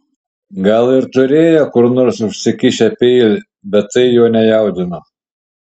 gal ir turėjo kur nors užsikišę peilį bet tai jo nejaudino